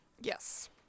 yes